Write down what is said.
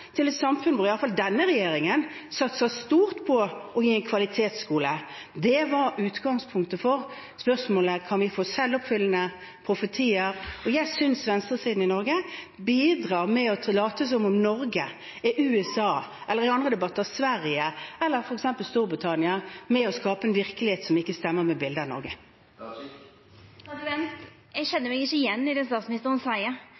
til et samfunn hvor i alle fall denne regjeringen satser stort på å gi en kvalitetsskole. Det var utgangspunktet for spørsmålet: Kan vi få selvoppfyllende profetier? Jeg synes venstresiden i Norge bidrar ved å late som om Norge er USA, eller i andre debatter Sverige eller f.eks. Storbritannia, til å skape et bilde av Norge som ikke stemmer med